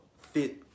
fit